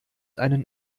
einen